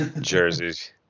jerseys